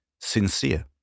sincere